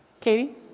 Katie